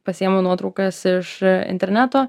pasiėmu nuotraukas iš interneto